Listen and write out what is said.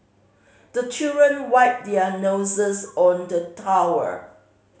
the children wipe their noses on the tower